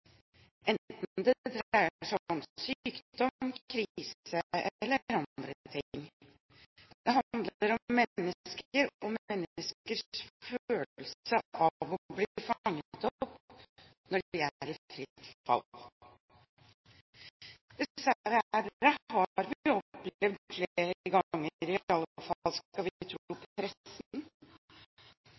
enten det dreier seg om sykdom, krise eller andre ting. Det handler om mennesker og menneskers følelse av å bli fanget opp når de er i fritt fall.